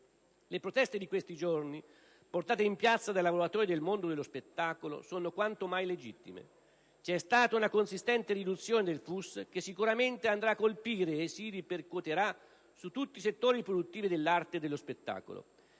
Le proteste di questi giorni portate in piazza dai lavoratori del mondo dello spettacolo sono quanto mai legittime. C'è stata una consistente riduzione del FUS che sicuramente andrà a colpire e si ripercuoterà su tutti i settori produttivi dell'arte e dello spettacolo.